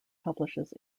publishes